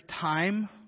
time